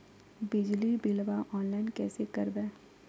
बिजली बिलाबा ऑनलाइन कैसे करबै?